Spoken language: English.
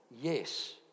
Yes